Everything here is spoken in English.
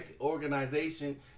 organization